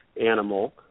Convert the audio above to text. animal